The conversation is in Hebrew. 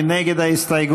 מי נגד ההסתייגות?